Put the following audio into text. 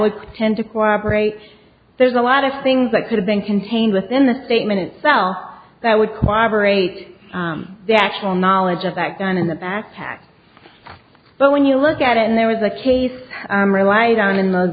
would tend to cooperate there's a lot of things that could have been contained within the statement itself that would cooperate the actual knowledge of that done in the backpack but when you look at it and there was a case relied on in th